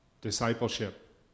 discipleship